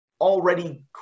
already